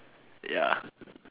ya